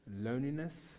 loneliness